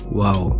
wow